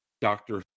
doctor